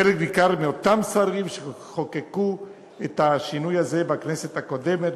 חלק ניכר מאותם שרים שחוקקו את השינוי הזה בכנסת הקודמת,